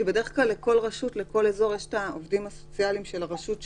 כי בדרך כלל לכל רשות יש את העובדים הסוציאליים שלה.